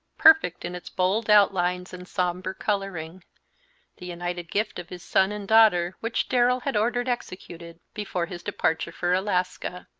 perfect in its bold outlines and sombre coloring the united gift of his son and daughter, which darrell had ordered executed before his departure for alaska.